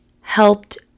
helped